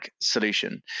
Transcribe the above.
solution